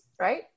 right